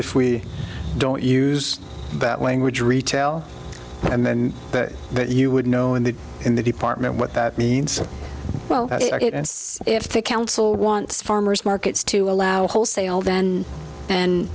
if we don't use that language retail and then you would know in the in the department what that means well if the council wants farmers markets to allow wholesale then and